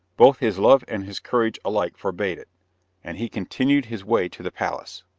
both his love and his courage alike forbade it and he continued his way to the palace.